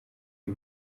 ibi